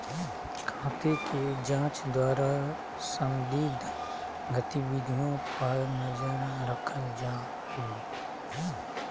खाते के जांच द्वारा संदिग्ध गतिविधियों पर नजर रखल जा हइ